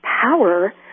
power